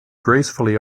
gracefully